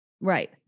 right